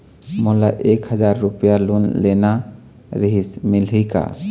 मोला एक हजार रुपया लोन लेना रीहिस, मिलही का?